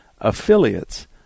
affiliates